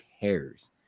cares